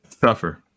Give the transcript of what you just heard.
Tougher